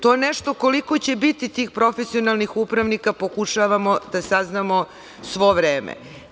To nešto koliko će biti tih profesionalnih upravnika pokušavamo da saznamo sve vreme.